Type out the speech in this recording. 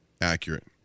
Accurate